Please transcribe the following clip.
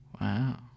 Wow